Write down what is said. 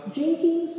Drinking